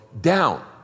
down